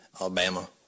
Alabama